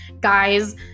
guys